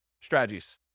strategies